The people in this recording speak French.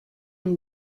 une